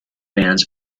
bands